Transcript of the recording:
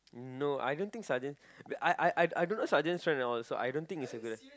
no I don't think sergeant I I I I don't know sergeant's friend at all so I don't think it's a good idea